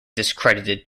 discredited